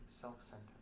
self-centered